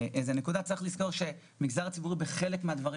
צריך לזכור שהמגזר הציבורי מתנהג בחלק מהדברים